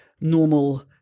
normal